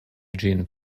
ĝin